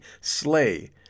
slay